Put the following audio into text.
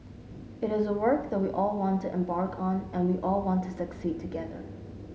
it is a work that we all want to embark on and we all want to succeed together